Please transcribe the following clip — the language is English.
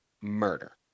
murder